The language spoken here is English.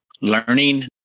learning